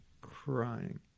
crying